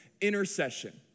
intercession